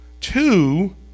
two